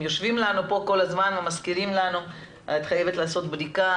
הם יושבים ומזכירים לנו 'את חייבת לעשות בדיקה',